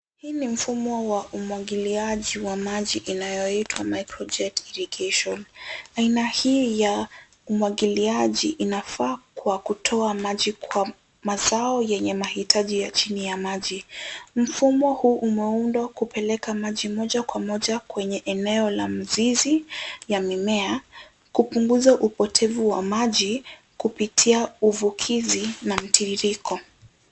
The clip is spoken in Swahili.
Hii ni mfumo wa umwagiliaji wa maji unaoitwa microjet irrigation . Aina hii ya umwagiliaji inafaa kwa kutoa maji kwa mazao yenye mahitaji ya chini ya maji. Mfumo huu umeundwa kupeleka maji moja kwa moja kwenye eneo la mzizi ya mimea kupunguza upotevu wa maji kupitia uvukizi na mtiririko.